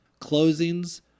Closings